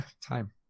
Time